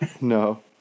No